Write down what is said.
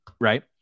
right